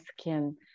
skin